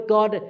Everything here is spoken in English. God